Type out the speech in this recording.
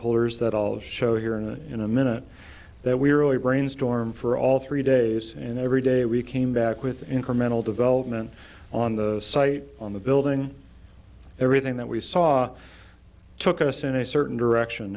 ers that all show here and in a minute that we really brainstorm for all three days and every day we came back with incremental development on the site on the building everything that we saw took us in a certain direction